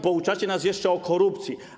Pouczacie nas jeszcze o korupcji.